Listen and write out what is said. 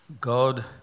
God